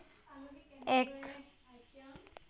এক